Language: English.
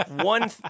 One